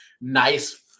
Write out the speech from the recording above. nice